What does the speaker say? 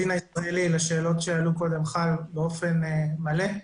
הדין הישראלי, לשאלות שעלו קודם, חל באופן מלא.